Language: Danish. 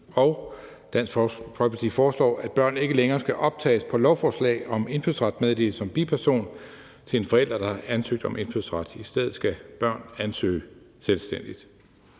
og Dansk Folkeparti foreslår, at børn ikke længere skal optages på lovforslag om indfødsrets meddelelse som biperson til en forælder, der har ansøgt om indfødsret. I stedet skal børn ansøge selvstændigt.